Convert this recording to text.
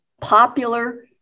popular